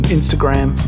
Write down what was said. Instagram